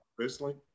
Personally